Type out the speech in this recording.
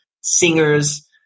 singers